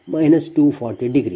ಆದ್ದರಿಂದ VcVa∠ 240